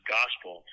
gospel